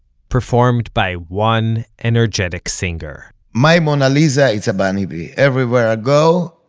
performed by one energetic singer my mona lisa it's abanibi. everywhere i go,